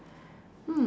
mm